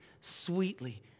sweetly